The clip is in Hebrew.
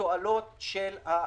תועלות של האקוסיסטם.